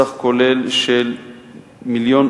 בסך כולל של 1.177 מיליון